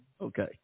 okay